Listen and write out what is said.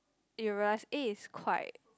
you realise eh it's quite